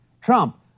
Trump